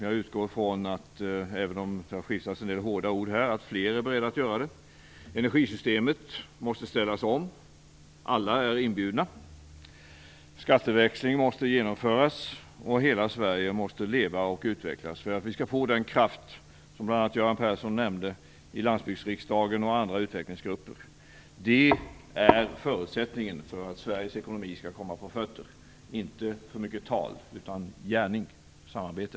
Jag utgår från att fler är beredda att göra det, även om det har skiftats en del hårda ord här. Energisystemet måste ställas om. Alla är inbjudna. Skatteväxling måste genomföras. Hela Sverige måste leva och utvecklas för att vi skall få den kraft som bl.a. Göran Persson nämnde i Landsbygdsriksdagen och andra utvecklingsgrupper. Det är förutsättningen för att Sveriges ekonomi skall komma på fötter - inte för mycket tal, utan gärning och samarbete.